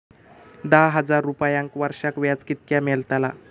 दहा हजार रुपयांक वर्षाक व्याज कितक्या मेलताला?